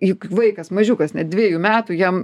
juk vaikas mažiukas net dvejų metų jam